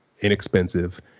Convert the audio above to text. inexpensive